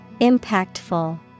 Impactful